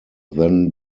then